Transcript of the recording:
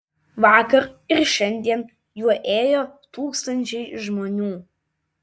vakar ir šiandien juo ėjo tūkstančiai žmonių